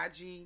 ig